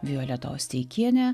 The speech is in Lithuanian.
violeta osteikienė